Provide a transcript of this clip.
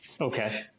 Okay